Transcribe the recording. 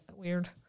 weird